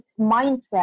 mindset